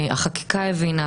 החקיקה הבינה,